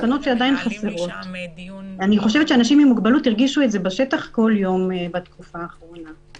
אני חושבת שאנשים הרגישו את זה בשטח כל יום בתקופה האחרונה.